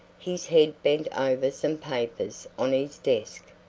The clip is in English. his head bent over some papers on his desk.